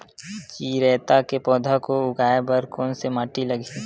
चिरैता के पौधा को उगाए बर कोन से माटी लगही?